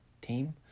team